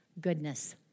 goodness